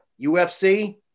UFC